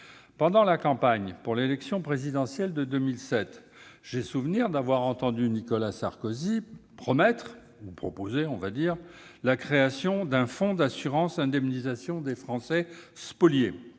Pendant la campagne pour l'élection présidentielle de 2007, j'ai souvenir d'avoir entendu Nicolas Sarkozy proposer la création d'un « fonds d'assurance indemnisation des Français spoliés